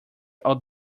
old